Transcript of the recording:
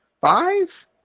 five